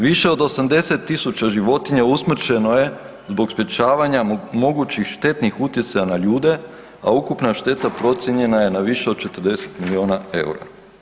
Više od 80 tisuća životinja usmrćeno je zbog sprječavanja mogućih štetnih utjecaja na ljude, a ukupna šteta procijenjena je na više od 40 milijuna eura.